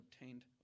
obtained